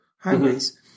highways